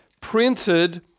printed